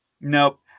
Nope